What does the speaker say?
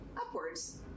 upwards